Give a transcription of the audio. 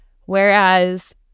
whereas